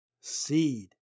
seed